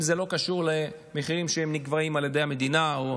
אם זה לא קשור למחירים שנקבעים על ידי המדינה או